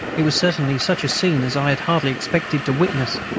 it was certainly such a scene as i had hardly expected to witness.